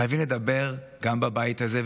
חייבים לדבר גם בבית הזה,